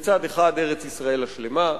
בצד אחד ארץ-ישראל השלמה,